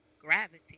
gravity